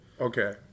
Okay